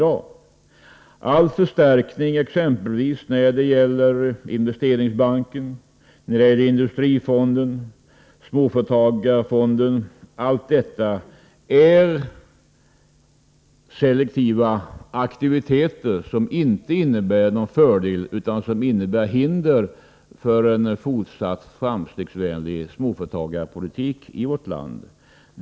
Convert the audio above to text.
All förstärkning exempelvis när det gäller Investeringsbanken, Industrifonden och Småföretagarfonden är selektiva åtgärder, som inte innebär någon fördel utan utgör ett hinder för en fortsatt framstegsvänlig småföretagarpolitik i vårt land.